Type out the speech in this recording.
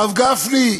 הרב גפני,